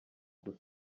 gusa